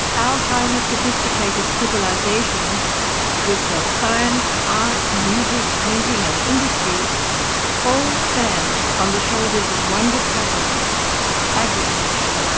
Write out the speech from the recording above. our highly sophisticated civilisations with their science, art, music, painting and industries all stand on the shoulders of one discovery agriculture.